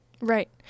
Right